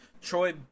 Troy